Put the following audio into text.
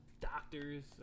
doctors